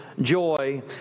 joy